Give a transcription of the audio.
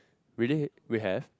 really we have